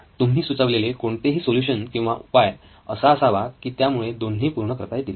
तुम्ही सुचवलेले कोणतेही सोल्युशन किंवा उपाय असा असावा की त्यामुळे दोन्ही पूर्ण करता येतील